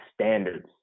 standards